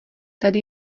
tady